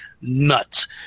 nuts